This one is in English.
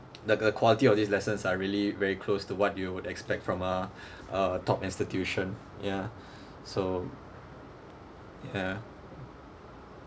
the the quality of these lessons are really very close to what you would expect from a uh top institution ya so ya